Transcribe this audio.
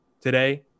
Today